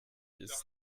ist